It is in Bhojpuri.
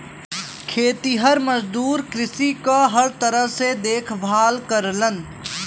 खेतिहर मजदूर कृषि क हर तरह से देखभाल करलन